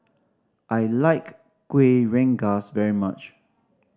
I like Kuih Rengas very much